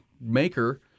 maker